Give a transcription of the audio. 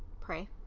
Pray